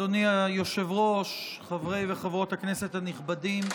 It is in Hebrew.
אדוני היושב-ראש, חברי וחברות הכנסת הנכבדים,